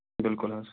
بِلکُل حظ